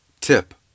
TIP